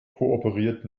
kooperiert